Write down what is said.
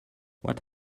what